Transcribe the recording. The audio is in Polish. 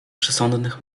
przesądnych